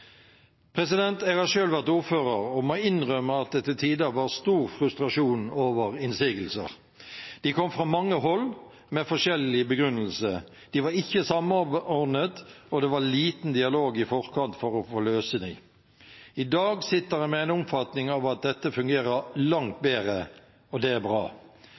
Jeg har selv vært ordfører og må innrømme at det til tider var stor frustrasjon over innsigelser. De kom fra mange hold med forskjellig begrunnelse, de var ikke samordnet, og det var lite dialog i forkant for å løse dem. I dag sitter jeg med en oppfatning av at det fungerer langt bedre. Det er bra.